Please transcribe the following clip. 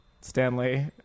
Stanley